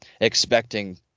expecting